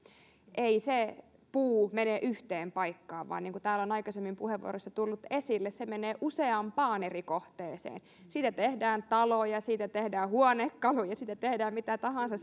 ei se puu mene yhteen paikkaan vaan niin kuin täällä on aikaisemmin puheenvuoroissa tullut esille se menee useampaan eri kohteeseen siitä tehdään taloja siitä tehdään huonekaluja siitä tehdään mitä tahansa